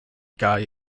guy